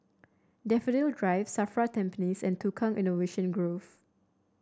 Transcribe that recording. Daffodil Drive Safra Tampines and Tukang Innovation Grove